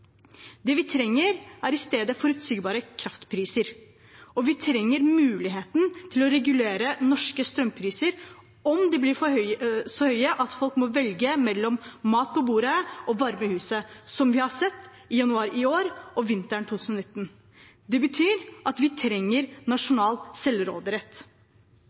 Det vi trenger, er i stedet forutsigbare kraftpriser, og vi trenger muligheten til å regulere norske strømpriser om de blir så høye at folk må velge mellom mat på bordet og varme i huset, som vi har sett i januar i år og vinteren 2019. Det betyr at vi trenger nasjonal selvråderett.